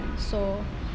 so